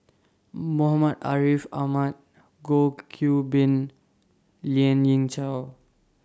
Muhammad Ariff Ahmad Goh Qiu Bin Lien Ying Chow